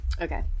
okay